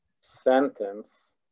sentence